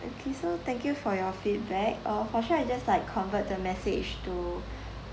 okay so thank you for your feedback uh for sure I just like convert the message to